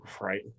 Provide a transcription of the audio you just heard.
right